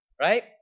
right